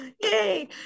Yay